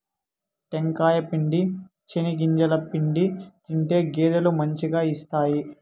టెంకాయ పిండి, చెనిగింజల పిండి తింటే గేదెలు మంచిగా ఇస్తాయి